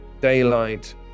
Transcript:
daylight